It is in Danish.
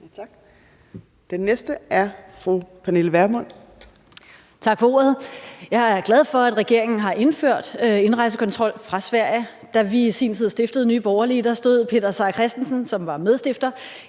Vermund. Kl. 13:18 Pernille Vermund (NB): Tak for ordet. Jeg er glad for, at regeringen har indført indrejsekontrol fra Sverige. Da vi i sin tid stiftede Nye Borgerlige, stod Peter Seier Christensen, som var medstifter,